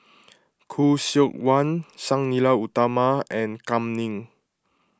Khoo Seok Wan Sang Nila Utama and Kam Ning